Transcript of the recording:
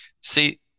See